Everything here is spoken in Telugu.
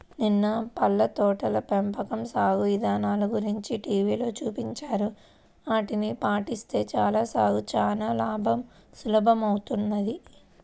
నిన్న పళ్ళ తోటల పెంపకం సాగు ఇదానల గురించి టీవీలో చూపించారు, ఆటిని పాటిస్తే చాలు సాగు చానా సులభమౌతది